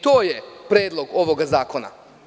To je predlog ovoga zakona.